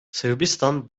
sırbistan